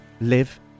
live